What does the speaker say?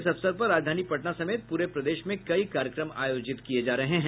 इस अवसर पर राजधानी पटना समेत पूरे प्रदेश में कई कार्यक्रम आयोजित किये जा रहे हैं